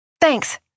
Thanks